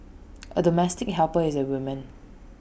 A domestic helper is A woman